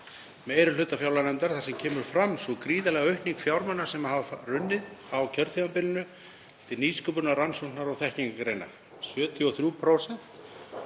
meiri hluta fjárlaganefndar þar sem kemur fram sú gríðarlega aukning fjármuna sem hafa runnið á kjörtímabilinu til nýsköpunar og rannsóknar- og þekkingargreina,